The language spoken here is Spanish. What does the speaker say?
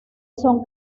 son